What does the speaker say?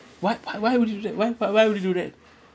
what why why would he do that why why would he do that